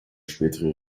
spätere